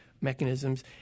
mechanisms